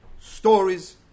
stories